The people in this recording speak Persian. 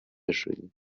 شدیم